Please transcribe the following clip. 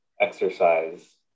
exercise